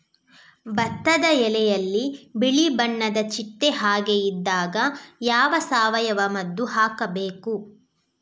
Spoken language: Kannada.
ಭತ್ತದ ಎಲೆಯಲ್ಲಿ ಬಿಳಿ ಬಣ್ಣದ ಚಿಟ್ಟೆ ಹಾಗೆ ಇದ್ದಾಗ ಯಾವ ಸಾವಯವ ಮದ್ದು ಹಾಕಬೇಕು?